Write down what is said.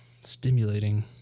stimulating